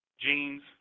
Jeans